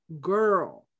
girl